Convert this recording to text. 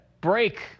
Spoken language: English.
break